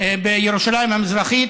בירושלים המזרחית,